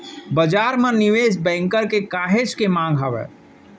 बजार म निवेस बेंकर के काहेच के मांग हावय